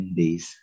days